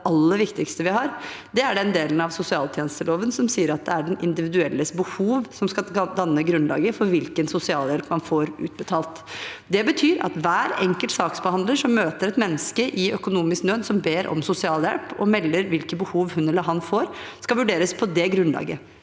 aller viktigste vi har, er den delen av sosialtjenesteloven som sier at det er den individuelles behov som skal danne grunnlaget for hvilken sosialhjelp man får utbetalt. Det betyr at hver enkelt saksbehandler som møter et menneske i økonomisk nød som ber om sosialhjelp og melder hvilke behov hun eller han har, skal vurderes på det grunnlaget